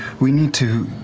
we need to